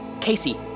Casey